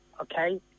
okay